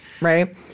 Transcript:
Right